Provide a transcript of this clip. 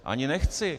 Ani nechci.